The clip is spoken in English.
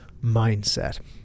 mindset